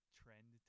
trend